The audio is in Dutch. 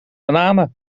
bananen